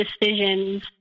decisions